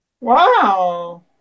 Wow